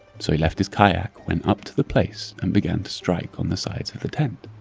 so he left his kayak, went up to the place, and began to strike on the sides of the tent.